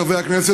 חברי הכנסת,